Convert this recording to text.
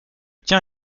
tien